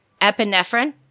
epinephrine